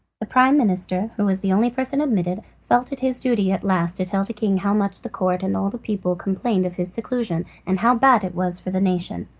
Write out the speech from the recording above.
the prime minister, who was the only person admitted, felt it his duty at last to tell the king how much the court and all the people complained of his seclusion, and how bad it was for the nation.